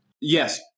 Yes